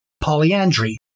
polyandry